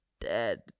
dead